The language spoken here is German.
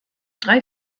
drei